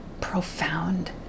profound